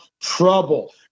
Trouble